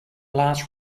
last